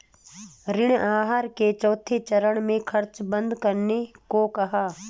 ऋण आहार के चौथे चरण में खर्च बंद करने को कहा है